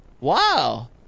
wow